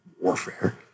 warfare